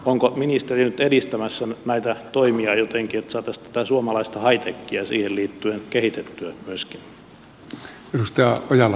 onko ministeri nyt edistämässä näitä toimia jotenkin että saataisiin tätä suomalaista high techiä siihen liittyen kehitettyä myöskin